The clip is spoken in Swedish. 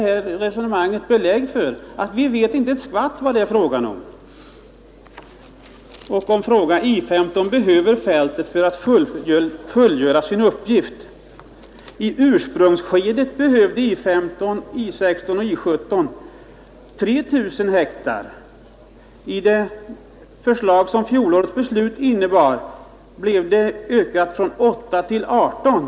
Hela resonemanget visar bara att vi inte vet ett skvatt om vad det är fråga om. I 15 behöver fältet för att fullgöra sin uppgift, sägs det. I ursprungsskedet behövde I 15, I 16 och I 17 3 000 ha. Fjolårets beslut innebar en ökning från 800 till 1 800 ha.